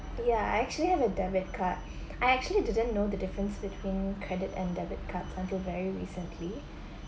ya I actually have a debit card I actually didn't know the difference between credit and debit cards until very recently